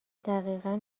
دقیقا